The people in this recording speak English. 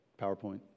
PowerPoint